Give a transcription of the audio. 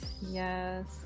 yes